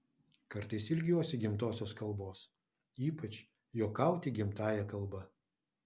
kartais ilgiuosi gimtosios kalbos ypač juokauti gimtąja kalba